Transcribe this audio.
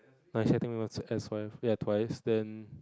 nah actually I think S_Y_F ya twice then